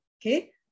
Okay